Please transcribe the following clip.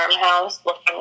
farmhouse-looking